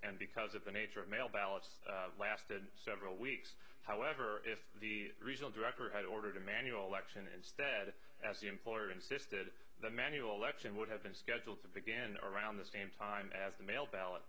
and because of the nature of mail ballots lasted several weeks however if the regional director had ordered a manual election instead as the employer insisted the manual election would have been scheduled to begin around the same time as the mail ballot